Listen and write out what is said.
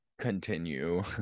continue